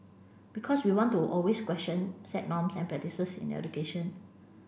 because we want to always question set norms and practices in education